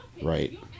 right